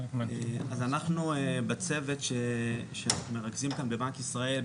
אנחנו בצוות שמרכזים כאן בבנק ישראל,